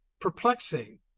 perplexing